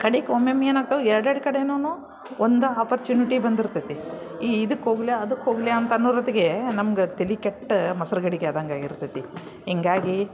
ಕಡಿಗ್ ಒಮ್ಮೊಮ್ಮೆ ಏನಾಗ್ತವೆ ಎರಡೆರಡು ಕಡೆನು ಒಂದೇ ಆಪರ್ಚುನಿಟಿ ಬಂದಿರ್ತೈತಿ ಈ ಇದಕ್ಕೋಗಲಿಯಾ ಅದಕ್ಕೆ ಹೋಗಲಿಯಾ ಅಂತ ಅನ್ನುರೊತಿಗ್ಗೆ ನಮ್ಗೆ ತಲಿ ಕೆಟ್ಟು ಮೊಸ್ರು ಗಡಿಗೆ ಆದಂಗ್ ಆಗಿರ್ತೈತಿ ಹಿಂಗಾಗಿ